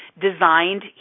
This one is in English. designed